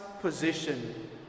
position